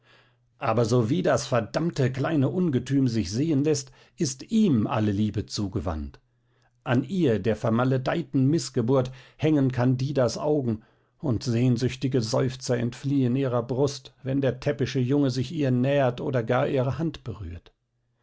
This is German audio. aber sowie das verdammte kleine ungetüm sich sehen läßt ist ihm alle liebe zugewandt an ihr der vermaledeiten mißgeburt hängen candidas augen und sehnsüchtige seufzer entfliehen ihrer brust wenn der täppische junge sich ihr nähert oder gar ihre hand berührt